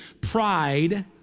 pride